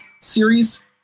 series